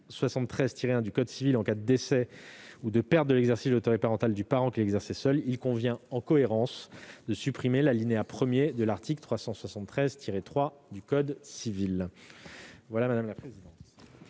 373-1 du code civil, en cas de décès ou de perte de l'exercice de l'autorité parentale du parent qui l'exerçait seul, il convient en cohérence de supprimer l'alinéa 1 de l'article 373-3 du code civil. Quel est l'avis de